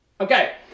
Okay